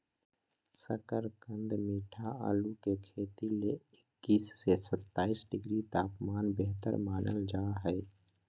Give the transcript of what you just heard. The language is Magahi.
शकरकंद मीठा आलू के खेती ले इक्कीस से सत्ताईस डिग्री तापमान बेहतर मानल जा हय